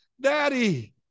Daddy